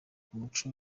umuco